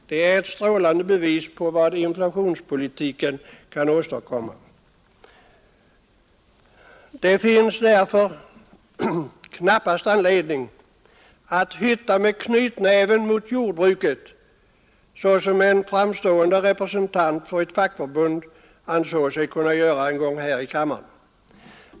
Detta är ett strålande bevis på vad inflationspolitiken kan åstadkomma. Det finns därför knappast anledning att hytta med knytnäven mot jordbruket så som en framstående representant för ett fackförbund ansåg sig kunna göra en gång här i kammaren.